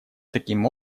таким